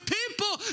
people